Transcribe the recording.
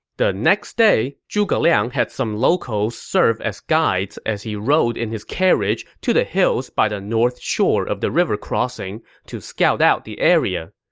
the next day, zhuge liang had some locals serve as guide as he rode in his carriage to the hills by the north shore of the river crossing to scout out the area.